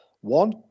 One